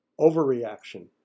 overreaction